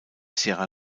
sierra